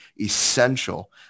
essential